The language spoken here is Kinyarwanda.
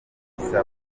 bisaba